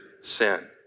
sin